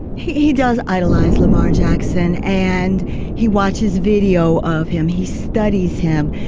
he he does idolize lamar jackson and he watches video of him. he studies him,